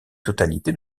totalité